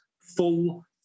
full